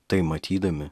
tai matydami